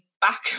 back